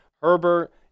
Herbert